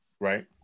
Right